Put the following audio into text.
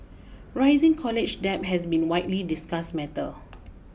rising college debt has been widely discussed matter